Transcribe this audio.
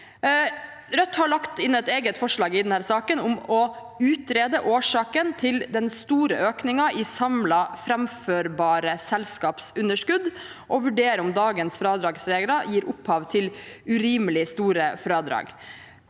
Rødt har lagt inn et eget forslag i denne saken om å utrede årsaken til den store økningen i samlede framførbare selskapsunderskudd og vurdere om dagens fradragsregler gir opphav til urimelig store fradrag.